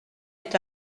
est